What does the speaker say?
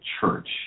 church